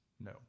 No